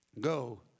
Go